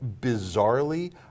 bizarrely